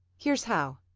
here's how!